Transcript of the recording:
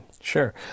Sure